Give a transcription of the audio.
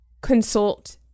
consult